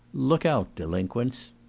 look out delinquents